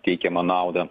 teikiamą naudą